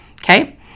Okay